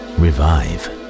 revive